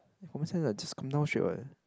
common sense ah just come down straight what